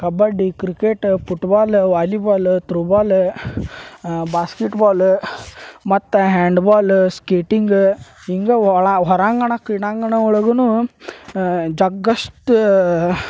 kabaddi cricket football volleyball throwball basketball ಮತ್ತು handball skating ಹಿಂಗೆ ಒಳ ಹೊರಾಂಗಣ ಕ್ರೀಡಾಂಗಣ ಒಳಗೂ ಜಗ್ಗಷ್ಟು